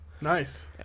Nice